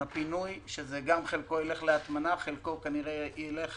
אלא הפינוי שחלקו ילך להטמנה וחלקו כנראה ילך